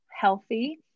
healthy